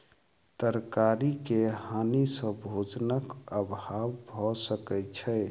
तरकारी के हानि सॅ भोजनक अभाव भअ सकै छै